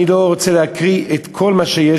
אני לא רוצה להקריא את כל מה שיש,